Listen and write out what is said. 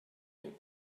him